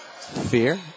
Fear